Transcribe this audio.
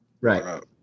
right